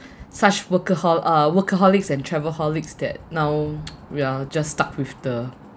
such workahol~ uh workaholics and travel-holics that now we are just stuck with the